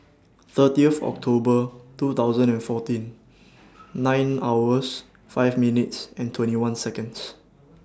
thirty of October two thousand and fourteen nine hours five minutes and twenty one Seconds